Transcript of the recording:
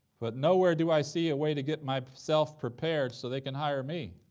but nowhere do i see a way to get myself prepared so they can hire me.